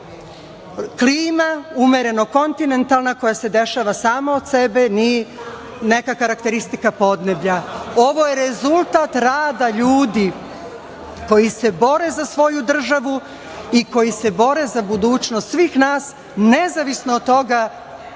klima umereno-kontinentalna koja se dešava sama od sebe, ni neka karakteristika podneblja. Ovo je rezultat rada ljudi koji se bore za svoju državu i koji se bore za budućnost svih nas, nezavisno od toga